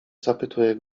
zapytuje